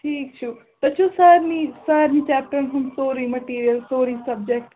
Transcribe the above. ٹھیٖک چھُ تۄہہِ چھُو سارنٕے سارنٕے چپٹرن ہُنٛد سورُے میٹیٖریَل سورُے سَبجَکٹ